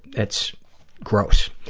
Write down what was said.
it's gross.